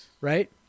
Right